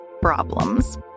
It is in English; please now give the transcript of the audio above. problems